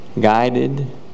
guided